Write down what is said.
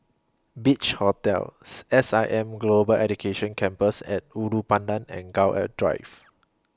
Beach Hotel S I M Global Education Campus At Ulu Pandan and Gul A Drive